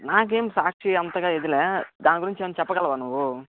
నాకేమీ సాక్షి అంతగా ఇదిలే దాని గురించి ఏమన్నా చెప్పగలవా నువ్వు